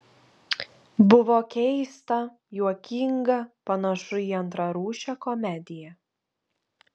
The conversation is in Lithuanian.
buvo keista juokinga panašu į antrarūšę komediją